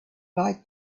bite